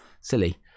silly